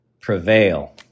prevail